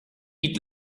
eat